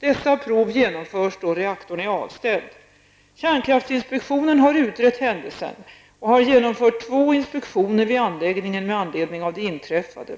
Dessa prov genomförs då reaktorn är avställd. Kärnkraftsinspektionen har utrett händelsen och har genomfört två inspektioner vid anläggningen med anledning av det inträffade.